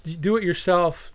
do-it-yourself